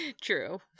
true